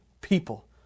people